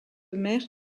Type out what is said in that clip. mer